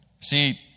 See